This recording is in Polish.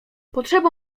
potrzeba